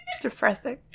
depressing